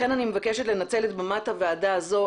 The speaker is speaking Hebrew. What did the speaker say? לכן אני מבקשת לנצל את במת הוועדה הזו,